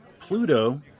Pluto